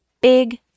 Big